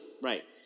right